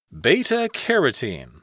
Beta-carotene